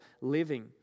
living